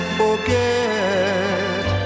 forget